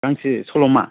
गांसे सल'मा